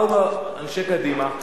באו אנשי קדימה,